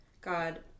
God